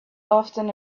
often